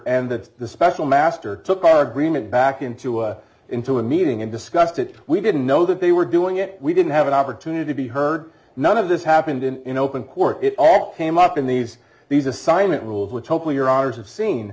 and that's the special master took our agreement back into a into a meeting and discussed it we didn't know that they were doing it we didn't have an opportunity to be heard none of this happened in open court it all came up in these these assignment rules which hopefully your